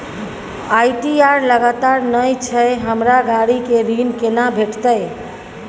ITR लगातार नय छै हमरा गाड़ी के ऋण केना भेटतै?